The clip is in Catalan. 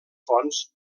fonts